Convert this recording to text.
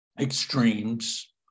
extremes